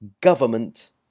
government